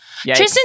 Tristan